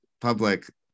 public